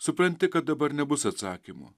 supranti kad dabar nebus atsakymų